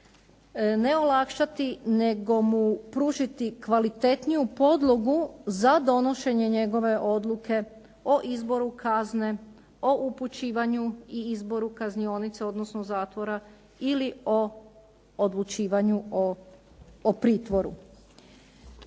ne olakšati nego mu pružiti kvalitetniju podlogu za donošenje njegove odluke o izboru kazne, o upućivanju i izboru kaznionica odnosno zatvora ili o odlučivanju o pritvoru.